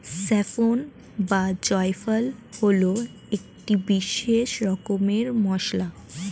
saffron বা জাফরান হল একটি বিশেষ রকমের মশলা